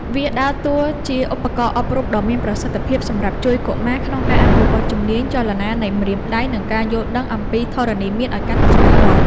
វាដើរតួជាឧបករណ៍អប់រំដ៏មានប្រសិទ្ធភាពសម្រាប់ជួយកុមារក្នុងការអភិវឌ្ឍជំនាញចលនានៃម្រាមដៃ និងការយល់ដឹងអំពីធរណីមាត្រឱ្យកាន់តែច្បាស់លាស់។